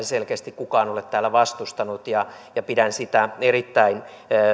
selkeästi kukaan ole täällä vastustanut ja ja pidän sitä erittäin